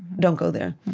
don't go there.